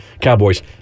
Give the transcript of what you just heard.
Cowboys